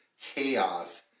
chaos